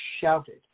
shouted